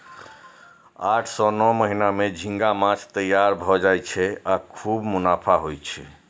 आठ सं नौ महीना मे झींगा माछ तैयार भए जाय छै आ खूब मुनाफा होइ छै